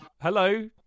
Hello